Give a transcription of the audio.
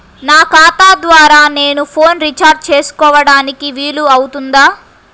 నా ఖాతా ద్వారా నేను ఫోన్ రీఛార్జ్ చేసుకోవడానికి వీలు అవుతుందా?